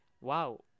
wow